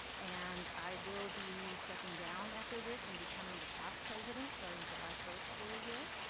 and, i will be stepping down after this, and becoming the past president, starting july first for a year.